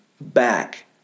back